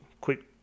quick